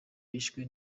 bishwe